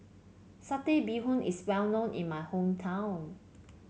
Satay Bee Hoon is well known in my hometown